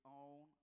own